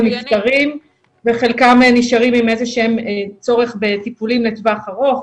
נפטרים וחלקם נשארים עם איזשהם צורך בטיפולים לטווח ארוך,